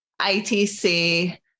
ITC